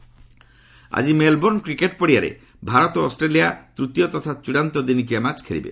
cricket ଆକି Melbourne cricket ପଡ଼ିଆରେ ଭାରତ ଓ ଅଷ୍ଟ୍ରେଲିଆ ତୃତୀୟ ତଥା ଚଡ଼ାନ୍ତ ଦିନିକିଆ ମ୍ୟାଚ୍ ଖେଳାଯିବ